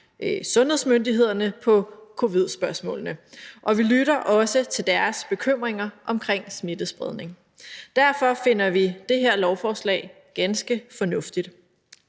sundhedsmyndighederne i forhold til covid-19-spørgsmålene, og vi lytter også til deres bekymringer om smittespredning. Derfor finder vi det her lovforslag ganske fornuftigt.